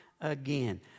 again